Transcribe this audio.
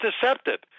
deceptive